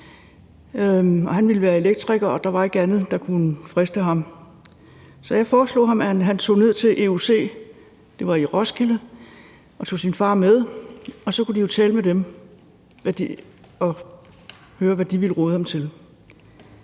Han ville være elektriker, og der var ikke andet, der kunne friste ham. Så jeg foreslog ham, at han tog ned til euc – det var i Roskilde – og tog sin far med. Og så kunne de jo tale med dem og høre, hvad de ville råde ham til.